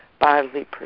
bodily